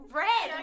red